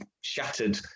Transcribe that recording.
shattered